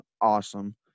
awesome